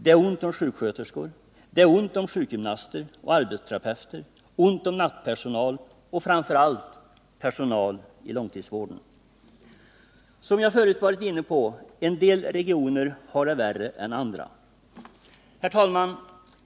Det är ont om sjuksköterskor, sjukgymnaster och arbetsterapeuter, och det är ont om nattpersonal och framför allt om personal i långtidsvården. Som jag förut varit inne på har en del regioner det värre än andra. Herr talman!